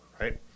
right